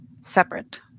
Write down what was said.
separate